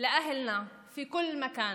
להלן תרגומם: בני עמנו והציבור שלנו בכל מקום,